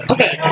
Okay